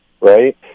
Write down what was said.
Right